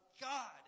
God